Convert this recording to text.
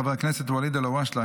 חבר הכנסת ואליד אלהואשלה,